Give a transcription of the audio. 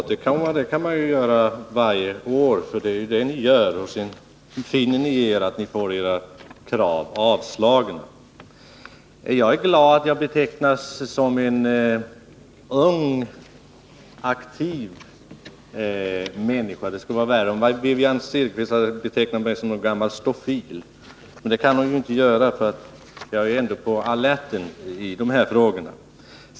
Herr talman! Återkomma kan man ju göra varje år — och det gör ni. Och sedan finner ni er i att få era krav avslagna. Jag är glad att jag betecknas som en ung, aktiv människa. Det skulle vara värre om Wivi-Anne Cederqvist betecknat mig som en gammal stofil. Men det kan hon ju inte göra, för jag är ändå på alerten i de här frågorna.